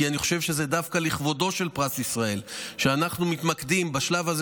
כי אני חושב שזה דווקא לכבודו של פרס ישראל שאנחנו מתמקדים בשלב הזה,